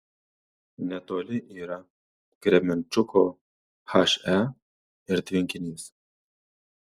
netoli yra kremenčuko he ir tvenkinys